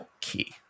key